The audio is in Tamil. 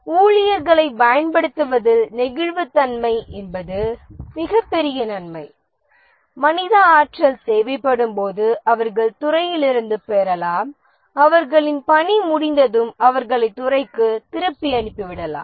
ஊழியர்களைப் பயன்படுத்துவதில் நெகிழ்வுத்தன்மை என்பது மிகப் பெரிய நன்மை மனித ஆற்றல் தேவைப்படும்போது அவர்களைத் துறையிலிருந்து பெறலாம் அவர்களின் பணி முடிந்ததும் அவர்களை துறைக்குத் திருப்பி அனுப்பி விடலாம்